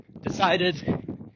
decided